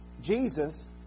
Jesus